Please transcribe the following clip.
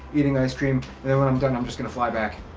eating ice cream and then when i'm done i'm just gonna fly back.